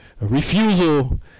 refusal